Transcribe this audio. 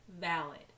valid